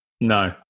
no